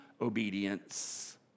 obedience